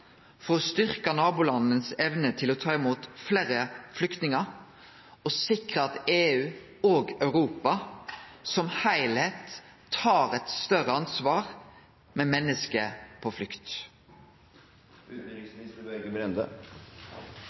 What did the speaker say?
for å styrkje nabolanda si evne til å ta imot fleire flyktningar og sikre at EU og Europa som heilskap tar eit større ansvar for menneske på